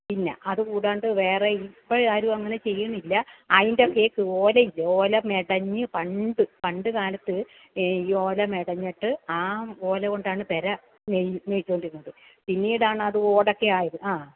പിന്നെ അത് കൂടാണ്ട് വേറെ ഇപ്പഴ് ആരും അങ്ങനെ ചെയ്യുന്നില്ല അതിൻ്റെ കേൾക്ക് ഓലയില്ലേ ഓല മെടഞ്ഞ് പണ്ട് പണ്ട് കാലത്ത് എ ഈ ഓല മെടഞ്ഞിട്ട് ആ ഓല കൊണ്ടാണ് പുര മെയ്തുകൊണ്ടിരുന്നത് പിന്നീടാണ് അത് ഓടൊക്കെ ആയത് ആ